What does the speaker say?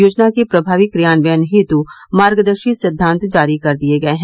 योजना के प्रभावी क्रियान्वयन हेतु मार्गदर्शी सिद्वान्त जारी कर दिये गये हैं